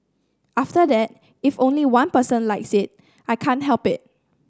after that if only one person likes it I can't help it